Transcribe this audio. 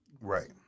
Right